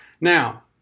Now